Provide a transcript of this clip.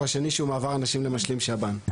השני שהוא מעבר אנשים למשלים שב"ן.